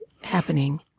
happening